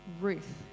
Ruth